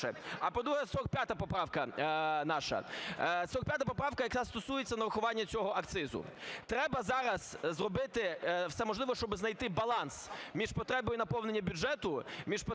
А, по-друге, 45 поправка наша. 45 поправка якраз стосується нарахування цього акцизу. Треба зараз зробити все можливе, щоби знайти баланс між потребою наповнення бюджету, між потребою